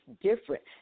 different